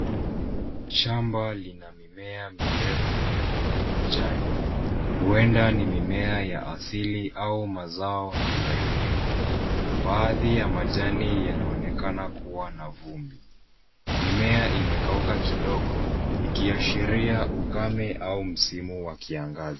Shamba lina mimea mirefu yenye majani huenda ni mimea ya asili au mazao yanayolimwa. Baadhi ya majani yanaonekana kuwa na vumbi. Mimea imekauka kidogo ikiashiria ukame au msimu wa kiangazi.